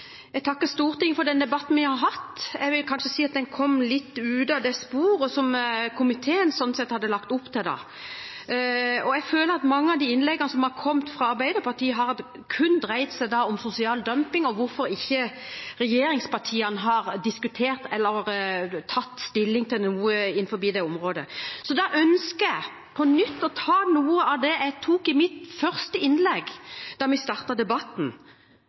Jeg takker Stortinget for den debatten vi har hatt. Jeg vil kanskje si at den kom litt ut av det sporet som komiteen hadde lagt opp til. Jeg føler at mange av de innleggene som har kommet fra Arbeiderpartiet, kun har dreid seg om sosial dumping og hvorfor regjeringspartiene ikke har diskutert eller tatt stilling til noe innenfor det området. Så da ønsker jeg på nytt å gjenta noe av det jeg sa i mitt første innlegg, da vi startet debatten,